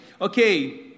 Okay